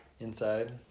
Inside